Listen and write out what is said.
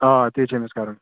آ تی چھُ أمِس کَرُن